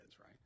right